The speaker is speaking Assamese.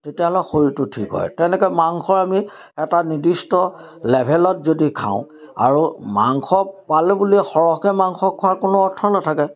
তেতিয়াহ'লে শৰীৰটো ঠিক হয় তেনেকৈ মাংস আমি এটা নিৰ্দিষ্ট লেভেলত যদি খাওঁ আৰু মাংস পালোঁ বুলি সৰহকৈ মাংস খোৱাৰ কোনো অৰ্থ নাথাকে